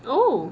oh